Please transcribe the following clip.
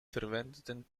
verwendeten